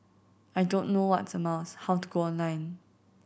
I don't know what's a mouse how to go online